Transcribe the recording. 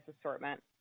assortment